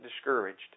discouraged